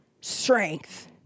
Strength